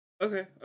Okay